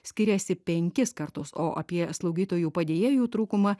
skiriasi penkis kartus o apie slaugytojų padėjėjų trūkumą